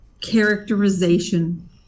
characterization